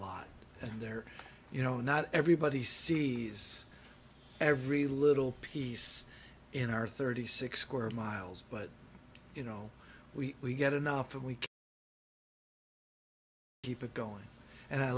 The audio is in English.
lot and they're you know not everybody sees every little piece in our thirty six square miles but you know we get enough and we can keep it going and i